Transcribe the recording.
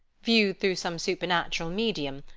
viewed through some supernatural medium,